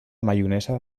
maionesa